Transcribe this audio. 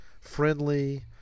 friendly